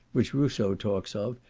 which rousseau talks of,